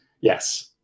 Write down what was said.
yes